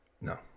No